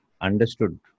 understood